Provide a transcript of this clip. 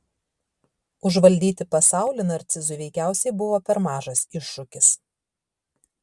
užvaldyti pasaulį narcizui veikiausiai buvo per mažas iššūkis